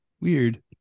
Weird